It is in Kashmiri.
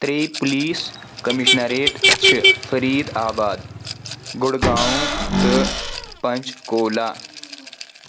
ترٛےٚ پولیس کمشنریٹ چھِ فریٖد آباد گُرگاؤں تہٕ پنچکولا